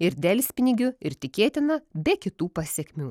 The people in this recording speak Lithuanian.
ir delspinigių ir tikėtina be kitų pasekmių